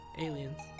aliens